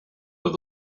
los